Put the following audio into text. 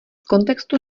kontextu